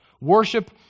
worship